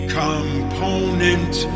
component